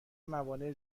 موانع